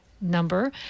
number